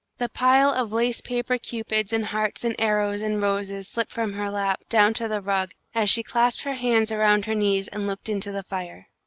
the pile of lace-paper cupids and hearts and arrows and roses slipped from her lap, down to the rug, as she clasped her hands around her knees and looked into the fire.